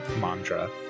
mantra